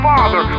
Father